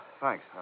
thanks